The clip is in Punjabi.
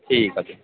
ਠੀਕ ਆ ਜੀ